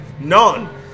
None